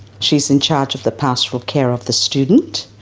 she's in charge of the pastoral care of the student.